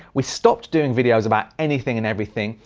we stopped doing videos about anything and everything,